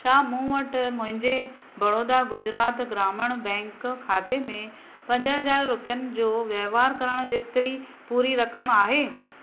छा मूं वटि मुंहिंजे बड़ोदा गुजरात ग्रामीण बैंक खाते में पंज हज़ार रुपियनि जो वहिंवारु करणु जेतिरी पूरी रक़म आहे